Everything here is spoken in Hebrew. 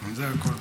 זה הכול.